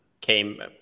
came